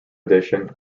addition